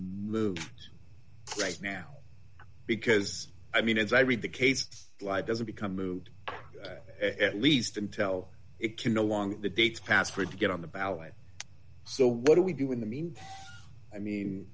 moot right now because i mean as i read the case life doesn't become moot at least until it can no longer the dates passed for it to get on the ballot so what do we do in the mean i mean